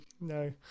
no